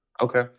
Okay